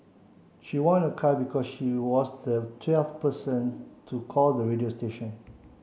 she won a car because she was the twelfth person to call the radio station